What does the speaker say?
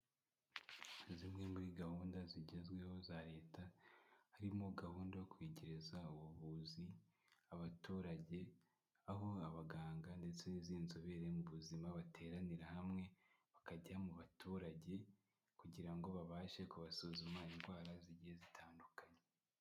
Zimwe muri gahunda zigezweho za Leta, harimo gahunda yo kwegereza ubuvuzi abaturage, aho abaganga ndetse n'izindi nzobere mu buzima bateranira hamwe, bakajya mu baturage kugira ngo babashe kubasuzuma indwara zigiye zitandukanye.